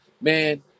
man